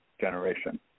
generation